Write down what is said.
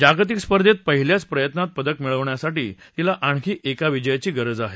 जागतिक स्पर्धेत पहिल्याच प्रयत्नात पदक मिळवण्यासाठी तिला आणखी एका विजयाची गरज आहे